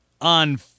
on